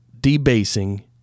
debasing